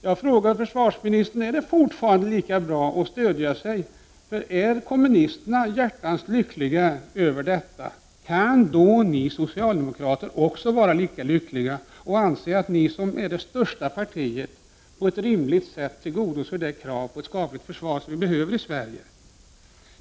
Jag frågar försvarsministern: Är det fortfarande lika bra att stödja sig på kommunisterna? Är de hjärtans lyckliga över detta, kan då ni socialdemokrater vara lika lyckliga och anse att ni som är det största partiet på ett rimligt sätt tillgodoser de krav på ett skapligt försvar som vi behöver i Sverige?